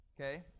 Okay